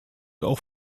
auch